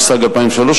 התשס"ג 2003,